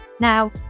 Now